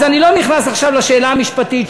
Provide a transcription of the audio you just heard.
אז אני לא נכנס עכשיו לשאלה המשפטית,